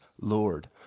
Lord